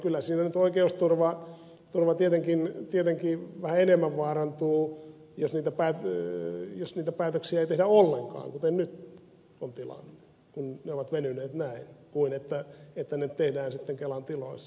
kyllä siinä nyt oikeusturva tietenkin vähän enemmän vaarantuu jos niitä päätöksiä ei tehdä ollenkaan kuten nyt on tilanne kun ne ovat venyneet näin kuin siinä että ne tehdään sitten kelan tiloissa